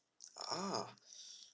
uh